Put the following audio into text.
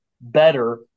better